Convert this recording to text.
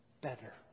better